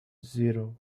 zero